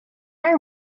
are